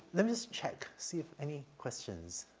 let me just check, see if any questions,